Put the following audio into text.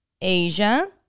Asia